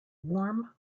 warm